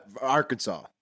Arkansas